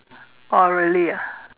oh really ah